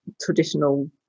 traditional